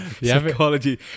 Psychology